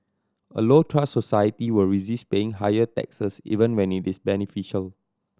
a low trust society will resist paying higher taxes even when it is beneficial